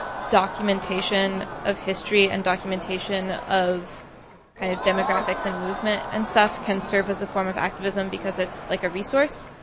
documentation of history and documentation of kind of demographics and movement and stuff can serve as a form of activism because it's like a resource